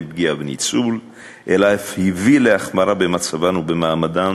פגיעה וניצול אלא אף הביא להחמרה במצבן ובמעמדן